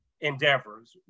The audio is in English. endeavors